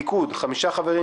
מהליכוד חמישה חברים,